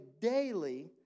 daily